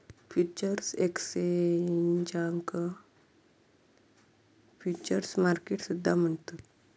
futures एक्सचेंजाक futures market सुद्धा म्हणतत